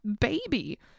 baby